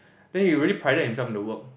then he really prided in himself in the work